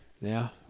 Now